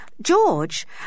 George